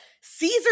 Caesar